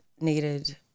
needed